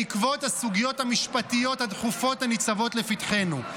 בעקבות הסוגיות המשפטיות הדחופות הניצבות לפתחנו.